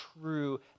true